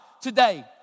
today